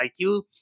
IQ